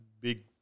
big